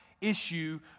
issue